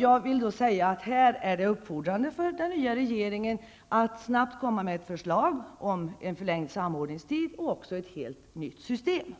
Jag vill säga att det är uppfordrande för den nya regeringen att snabbt lägga fram ett förslag om förlängd samordningstid och också ett helt nytt system.